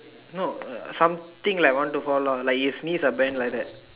no uh something like want to fall down like you sneeze ah bend like that